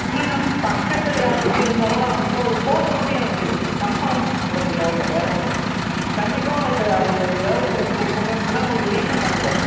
இல்லைங்க பக்கத்தில் யாராச்சும் இருந்தால் கூட அவங்கிட்ட ஒரு ஃபோட்டோ மட்டும் எனக்கு கன்ஃபார்ம் பண்ணுறத்துக்காக வேறு ஒன்றும் இல்லைங்க கண்டிப்பாக உங்களுக்கு அது ஏதாவது பிரச்சனை எங்கள் பக்கம் இருந்துச்சுனா உங்களுக்கு ரீஃபண்ட் பண்ணி தரோம்